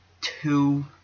two